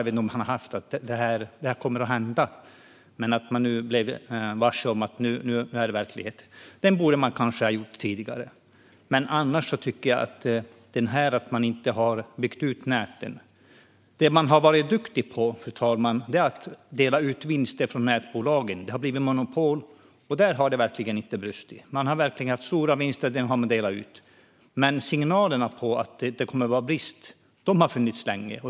Man borde ha haft insikten att detta skulle komma att hända och blivit varse att det nu var verklighet. Det man har varit duktig på, fru talman, är att dela ut vinster från nätbolagen. Det har blivit monopol, och där har det verkligen inte brustit. Man har haft stora vinster, och dem har man delat ut. Men signalerna om att det kommer att bli brist har funnits länge.